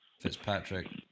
Fitzpatrick